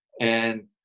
And-